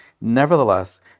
Nevertheless